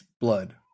blood